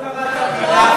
אתה לא קראת מילה,